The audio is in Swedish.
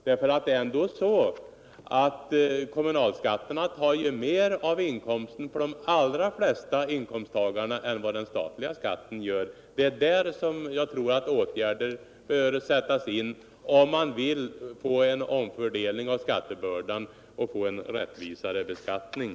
Det är ju ändå så att kommunalskatterna tar mer av inkomsten för de allra flesta inkomsttagare än vad den direkta statliga skatten gör. Det är där som åtgärder bör sättas in om man vill åstadkomma en omfördelning av skattebördan och en rättvisare beskattning.